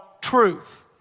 truth